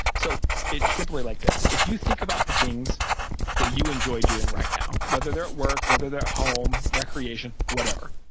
so it's simply like this. if you think about the things that you enjoy doing right now, whether they're at work, whether they're home, recreation, whatever,